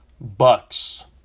Bucks